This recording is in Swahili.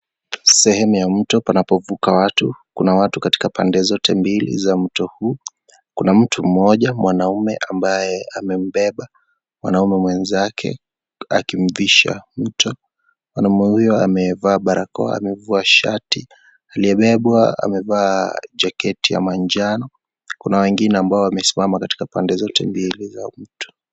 Sehemu ya mto panapovuka watu, kuna watu katika pande zote mbili za mto huu. Kuna mtu mmoja mwanaume ambaye amembeba mwanaume mwenzake akimvusha mto. Mwanaume huyu amevaa barakoa, amevua shati, aliyebebwa amevaa jaketi ya manjano. Kuna wengine ambao wamesimama katika pande zote mbili za mto.